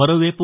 మరోవైపు